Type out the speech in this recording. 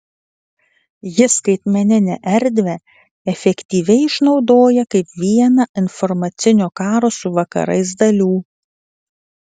ji skaitmeninę erdvę efektyviai išnaudoja kaip vieną informacinio karo su vakarais dalių